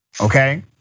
okay